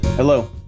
Hello